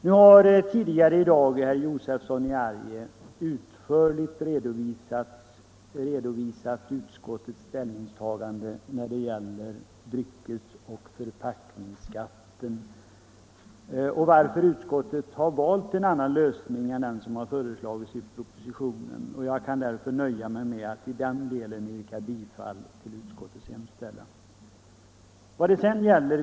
Nu har herr Josefson tidigare i dag utförligt redovisat utskottets ställningstagande när det gäller dryckes och förpackningsskatten och förklarat varför utskottet har valt en annan lösning än den som har föreslagits i propositionen, och jag kan därför nöja mig med att i den delen yrka bifall till utskottets hemställan.